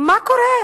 מה קורה?